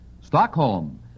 Stockholm